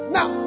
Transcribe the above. Now